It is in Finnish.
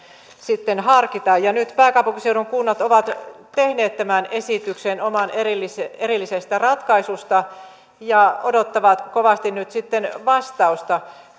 sitten harkita ja nyt pääkaupunkisedun kunnat ovat tehneet tämän esityksen omasta erillisestä ratkaisusta ja odottavat kovasti nyt sitten vastausta